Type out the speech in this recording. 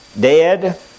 dead